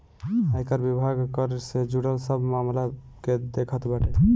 आयकर विभाग कर से जुड़ल सब मामला के देखत बाटे